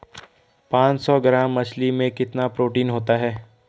पांच सौ ग्राम मछली में कितना प्रोटीन होता है?